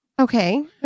Okay